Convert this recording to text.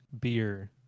beer